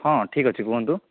ହଁ ଠିକ୍ ଅଛି କୁହନ୍ତୁ